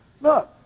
Look